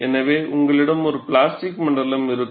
எனவே உங்களிடம் ஒரு பிளாஸ்டிக் மண்டலம் இருக்கும்